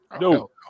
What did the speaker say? No